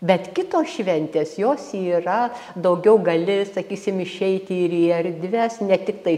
bet kitos šventės jos yra daugiau gali sakysim išeiti ir į erdves ne tiktai